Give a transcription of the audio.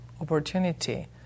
opportunity